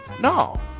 No